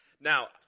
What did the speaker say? Now